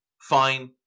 fine